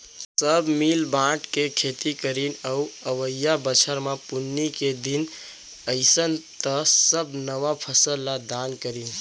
सब मिल बांट के खेती करीन अउ अवइया बछर म पुन्नी के दिन अइस त सब नवा फसल ल दान करिन